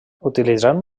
utilitzant